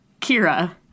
Kira